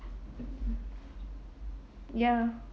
ya